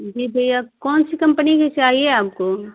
जी भैया कौनसी कम्पनी की चाहिए आपको